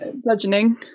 bludgeoning